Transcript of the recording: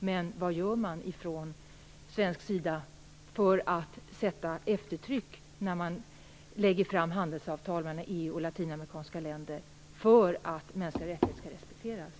Men vad gör man från svensk sida för att sätta press bakom krav på att de mänskliga rättigheterna skall respekteras när handelsavtal mellan EU och Latinamerikanska länder läggs fram?